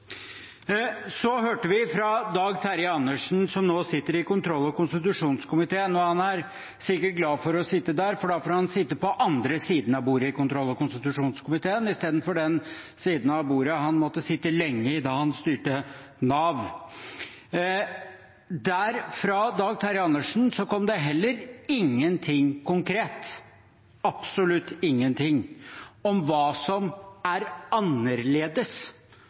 Så hørte vi fra Dag Terje Andersen, som nå sitter i kontroll- og konstitusjonskomiteen. Han er sikkert glad for å sitte der, for i kontroll- og konstitusjonskomiteen får han sitte ved den andre siden av bordet istedenfor den han måtte sitte lenge ved da han styrte Nav. Fra Dag Terje Andersen kom det heller ingenting konkret – absolutt ingenting – om hva som er annerledes.